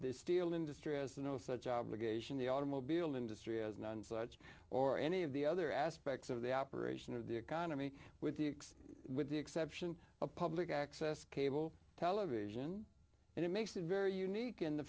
the steel industry has no such obligation the automobile industry is none such or any of the other aspects of the operation of the economy with the with the exception of public access cable television and it makes it very unique in the